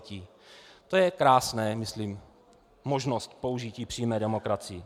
To je krásná, myslím, možnost použití přímé demokracie.